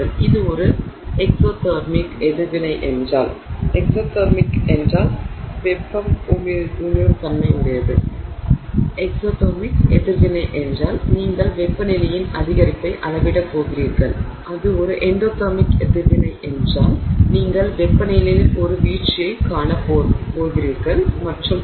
இது ஒரு எக்ஸோதெரமிக் எதிர்வினை என்றால் நீங்கள் வெப்பநிலையின் அதிகரிப்பை அளவிடப் போகிறீர்கள் இது ஒரு எண்டோடெர்மிக் எதிர்வினை என்றால் நீங்கள் வெப்பநிலையில் ஒரு வீழ்ச்சியைக் காணப் போகிறீர்கள் மற்றும் பல